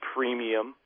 premium